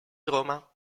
roma